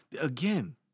again